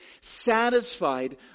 satisfied